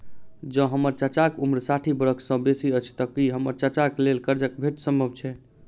जँ हम्मर चाचाक उम्र साठि बरख सँ बेसी अछि तऽ की हम्मर चाचाक लेल करजा भेटब संभव छै?